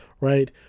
right